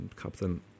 Captain